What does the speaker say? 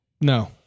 no